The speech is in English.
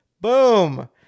boom